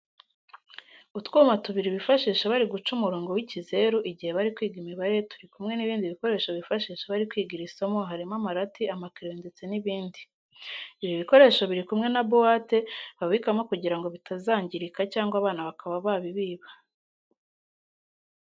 Utwuma tubiri bifashisha bari guca umurongo w'ikizeru igihe bari kwiga imibare turi kumwe n'ibindi bikoresho bifashisha bari kwiga iri somo harimo amarati, amakereyo ndetse n'ibindi. Ibi bikoresho biri kumwe na buwate babibikamo kugira ngo bitazangirika cyangwa abana bakaba babibiba.